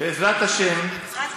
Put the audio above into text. בעזרת השם, בעזרת השם.